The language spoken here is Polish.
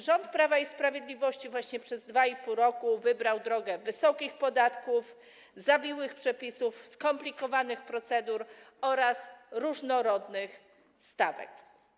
Rząd Prawa i Sprawiedliwości przez 2,5 roku wybierał drogę wysokich podatków, zawiłych przepisów, skomplikowanych procedur oraz różnorodnych stawek.